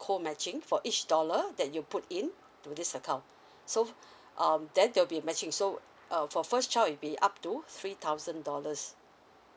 cold matching for each dollar that you put in to this account so um then it'll be matching so uh for first child it'll be up to three thousand dollars